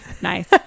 nice